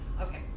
Okay